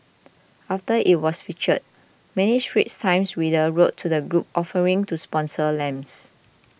after it was featured many Straits Times readers wrote to the group offering to sponsor lamps